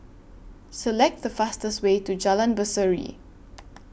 Select The fastest Way to Jalan Berseri